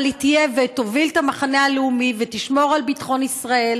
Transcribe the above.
אבל היא תהיה ותוביל את המחנה הלאומי ותשמור על ביטחון ישראל